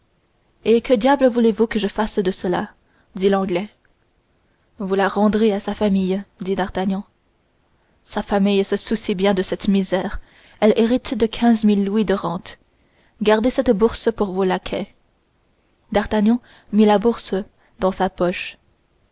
et que diable voulez-vous que je fasse de cela dit l'anglais vous la rendrez à sa famille dit d'artagnan sa famille se soucie bien de cette misère elle hérite de quinze mille louis de rente gardez cette bourse pour vos laquais d'artagnan mit la bourse dans sa poche